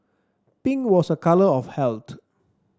pink was a colour of health